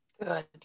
good